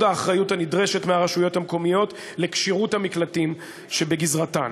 האחריות הנדרשת מהרשויות המקומיות לכשירות המקלטים שבגזרתן.